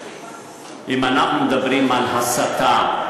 אם אנחנו מדברים על הסתה,